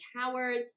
Howard